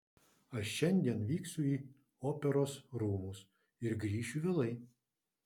aš šiandien vyksiu į operos rūmus ir grįšiu vėlai